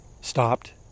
stopped